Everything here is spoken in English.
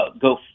go